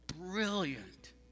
brilliant